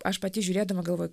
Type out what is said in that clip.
aš pati žiūrėdama galvoju